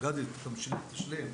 גדי, תמשיך, תשלים.